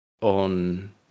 on